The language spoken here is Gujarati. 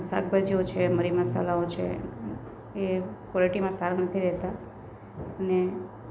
શાકભાજીઓ છે મરી મસાલાઓ છે એ ક્વોલિટીમાં સારું નથી રહેતા અને